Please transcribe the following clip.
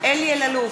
אלי אלאלוף,